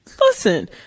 listen